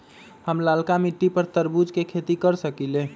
हम लालका मिट्टी पर तरबूज के खेती कर सकीले?